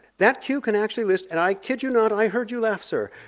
that queue can actually last and i kid you not, i heard you laugh sir,